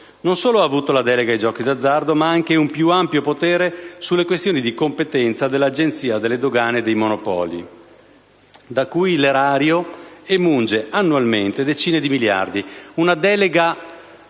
non solo ha avuto la delega al gioco d'azzardo, ma anche un più ampio potere sulle questioni di competenza dell'Agenzia delle dogane e dei Monopoli, da cui l'erario emunge annualmente decine di miliardi